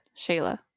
Shayla